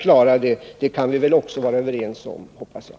Det kan vi vara överens om, hoppas jag.